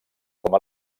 com